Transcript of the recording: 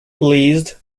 pleased